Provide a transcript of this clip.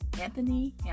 Anthony